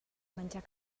menjar